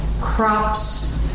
crops